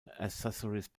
accessories